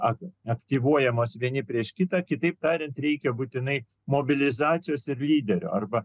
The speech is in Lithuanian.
aktyvuojamos vieni prieš kitą kitaip tariant reikia būtinai mobilizacijos ir lyderio arba